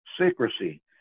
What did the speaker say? secrecy